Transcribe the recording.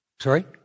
Sorry